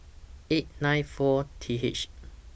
eight nine four T H